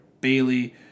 Bailey